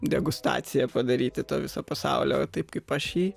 degustaciją padaryti to viso pasaulio taip kaip aš jį